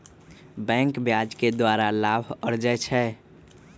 बैंके ब्याज के द्वारा लाभ अरजै छै